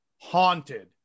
haunted